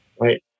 Right